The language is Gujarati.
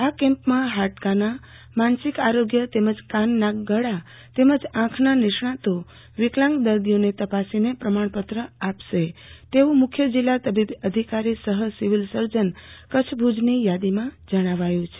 આ કેમ્પમાં હાડકાના માનસિક આરોગ્ય તેમજ કાન નાક તથા ગળા તેમજ આંખના નિષ્ણાંતો વિકલાંગ દર્દીઓને તપાસીને પ્રમાણપત્ર અપાશે તેવું મુખ્ય જિલ્લા તબીબી અધિકારી સહ સિવીલ સર્જન કચ્છ ભુજની યાદીમાં જણાવાયું છે